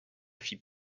fit